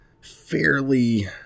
fairly